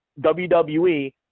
WWE